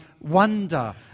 wonder